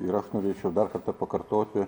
ir aš norėčiau dar kartą pakartoti